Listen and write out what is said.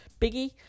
biggie